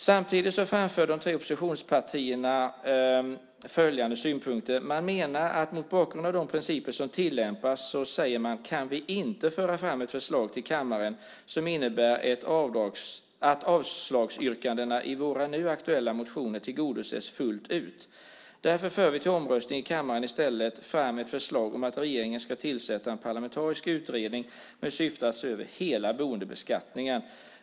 Samtidigt framför de tre oppositionspartierna följande synpunkter. Man skriver: "Mot bakgrund av de principer som tillämpas kan vi inte föra fram ett förslag till kammaren som innebär att avslagsyrkandena i våra nu aktuella motioner tillgodoses fullt ut. Därför för vi till omröstning i kammaren i stället fram ett förslag om att regeringen ska tillsätta en parlamentarisk utredning med syfte att se över hela boendebeskattningen."